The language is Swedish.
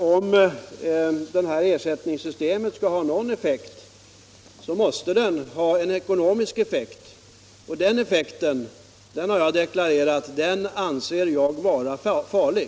Herr talman! Om detta ersättningssystem skall ha någon effekt så måste det vara en ekonomisk effekt, och den — det har jag deklarerat — anser jag vara farlig.